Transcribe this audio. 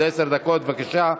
עד עשר דקות, בבקשה.